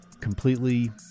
completely